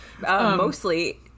Mostly